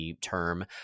term